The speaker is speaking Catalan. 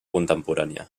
contemporània